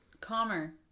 Calmer